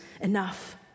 enough